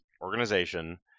organization